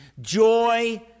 Joy